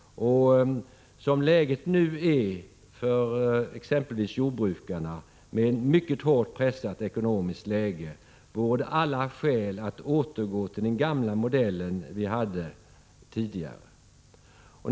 Som läget nu är för exempelvis jordbrukarna, med en mycket hårt pressad ekonomi, vore det alla skäl att återgå till den modell vi hade tidigare.